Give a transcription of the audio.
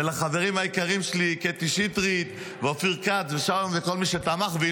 ולחברים היקרים שלי קטי שטרית ואופיר כץ ושלום כל מי שתמך בי,